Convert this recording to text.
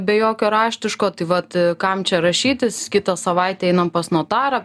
be jokio raštiško tai vat kam čia rašytis kitą savaitę einame pas notarą